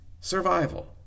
survival